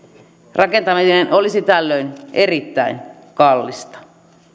rakentaminen olisi tällöin erittäin kallista